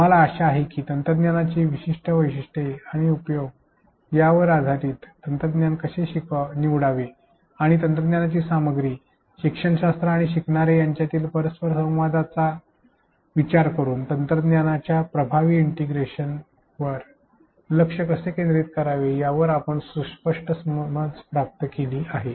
आम्हाला आशा आहे की तंत्रज्ञानाची विशिष्ट वैशिष्ट्ये आणि उपयोग यावर आधारित तंत्रज्ञान कसे निवडावे आणि तंत्रज्ञानाची सामग्री शिक्षणशास्त्र आणि शिकणारे यांच्यातील परस्परसंवादाचा विचार करून तंत्रज्ञानाच्या प्रभावी इंटिग्रेशनवर लक्ष कसे केंद्रित करावे यावर आपण सुस्पष्ट समज प्राप्त केली आहे